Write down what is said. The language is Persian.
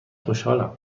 خوشحالم